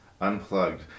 unplugged